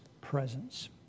presence